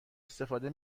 استفاده